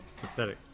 Pathetic